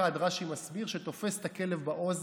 רש"י מסביר שזה כמו אחד שתופס את הכלב באוזן,